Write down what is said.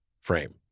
frame